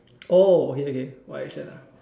oh okay okay not action ah